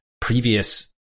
previous